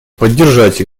поддержать